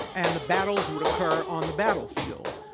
and the battles would occur on the battlefield.